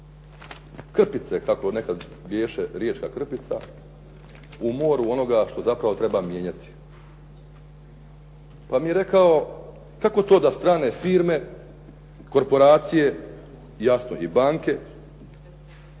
krpice, kako nekad bješe riječka krpica u moru onoga što zapravo treba mijenjati. Pa mi je rekao kako to da strane firme, korporacije, jasno i banke